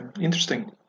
interesting